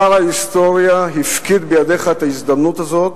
שר ההיסטוריה הפקיד בידיך את ההזדמנות הזאת,